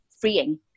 freeing